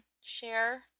share